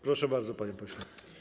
Proszę bardzo, panie pośle.